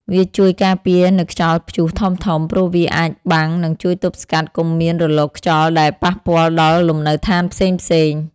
វាជួយការពារនៅខ្យល់ព្យុះធំៗ ព្រោះវាអាចបាំងនិងជួយទប់ស្កាត់កុំមានរលកខ្យល់ដែលប៉ះពាល់ដល់លំនៅឋានផ្សេងៗ។